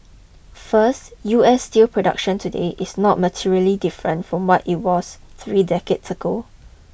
first U S steel production today is not materially different from what it was three decades ago